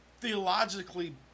theologically